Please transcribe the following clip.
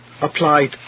applied